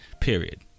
period